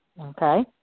Okay